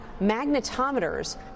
magnetometers